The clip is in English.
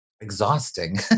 Exhausting